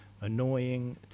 annoying